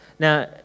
Now